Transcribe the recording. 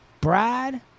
Brad